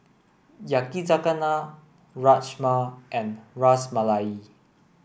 Yakizakana Rajma and Ras Malai